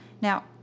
Now